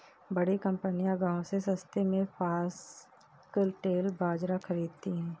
बड़ी कंपनियां गांव से सस्ते में फॉक्सटेल बाजरा खरीदती हैं